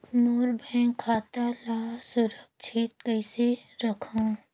मोर bank खाता ला सुरक्षित कइसे रखव?